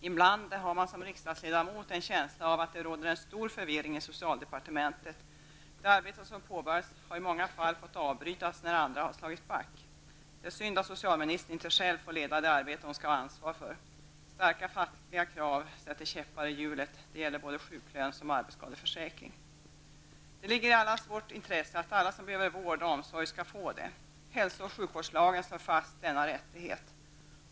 Ibland har man som riksdagsledamot en känsla av att det råder en stor förvirring i socialdepartementet. Det arbete som påbörjats har i många fall fått avbrytas när andra har slagit back. Det är synd att socialministern inte själv får leda det arbete hon skall ha ansvar för. Starka fackliga krav sätter käppar i hjulet -- det gäller både sjuklön och arbetsskadeförsäkring. Det ligger i allas vårt intresse att alla som behöver vård och omsorg skall få det. Hälso och sjukvårdslagen slår fast denna rättighet.